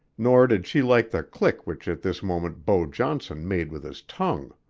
nor did she like the click which at this moment beau johnson made with his tongue.